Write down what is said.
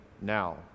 now